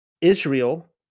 Israel